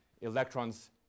electrons